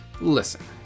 Listen